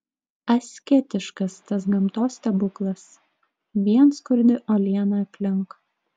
asketiškas tas gamtos stebuklas vien skurdi uoliena aplink